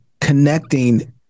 connecting